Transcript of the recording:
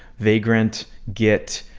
vagrant, git,